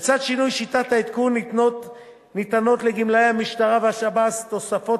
בצד שינוי שיטת העדכון ניתנות לגמלאי המשטרה והשב"ס תוספות